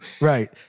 right